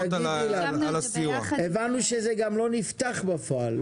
שבפועל זה לא נפתח.